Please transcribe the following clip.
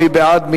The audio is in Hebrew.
מי בעד?